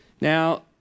Now